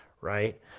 right